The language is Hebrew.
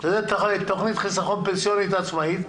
שזו תוכנית חיסכון פנסיונית עצמאית,